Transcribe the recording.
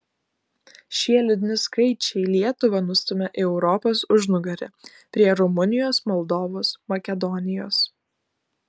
šie liūdni skaičiai lietuvą nustumia į europos užnugarį prie rumunijos moldovos makedonijos